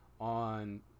on